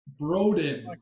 Broden